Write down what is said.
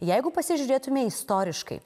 jeigu pasižiūrėtume istoriškai